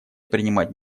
принимать